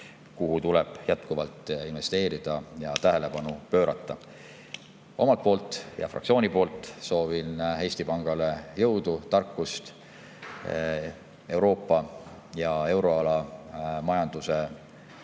tuleb jätkuvalt investeerida ja sellele tähelepanu pöörata. Omalt poolt ja fraktsiooni poolt soovin Eesti Pangale jõudu ja tarkust Euroopa ja euroala majanduse